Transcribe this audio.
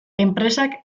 enpresak